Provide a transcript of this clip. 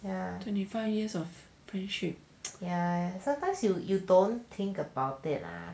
yeah sometimes you you don't think about it lah